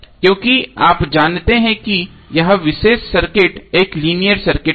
क्योंकि आप जानते हैं कि यह विशेष सर्किट एक लीनियर सर्किट है